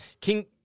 King